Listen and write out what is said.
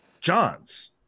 Johns